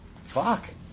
Fuck